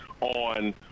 on